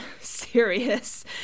serious